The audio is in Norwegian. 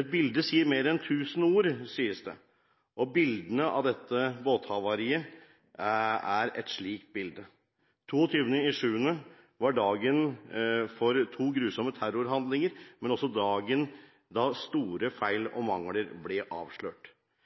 Et bilde sier mer enn tusen ord, sies det, og bildene av dette båthavariet er et slikt bilde. 22. juli var dagen for to grusomme terrorhandlinger, men det var også dagen da store feil og mangler ble avslørt.